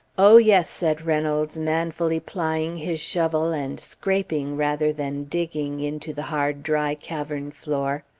oh yes, said reynolds, manfully plying his shovel and scraping rather than digging into the hard dry cavern floor.